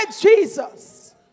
Jesus